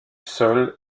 sol